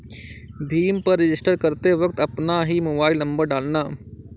भीम पर रजिस्टर करते वक्त अपना ही मोबाईल नंबर डालना